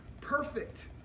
perfect